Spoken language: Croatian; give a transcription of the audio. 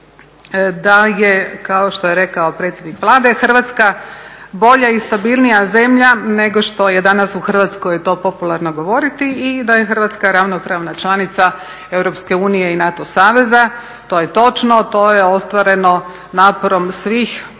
da je, kao što je rekao predsjednik Vlade, Hrvatska bolja i stabilnija zemlja nego što je danas u Hrvatskoj popularno govoriti i da je Hrvatska ravnopravna članica EU i NATO saveza. To je točno, to je ostvareno naporom svih